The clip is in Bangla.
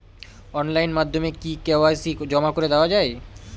অনলাইন মাধ্যমে কি কে.ওয়াই.সি জমা করে দেওয়া য়ায়?